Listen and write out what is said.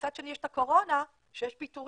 ומצד שני יש את הקורונה שיש פיטורים,